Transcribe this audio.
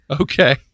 Okay